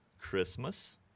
Christmas